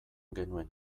genuen